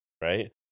Right